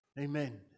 Amen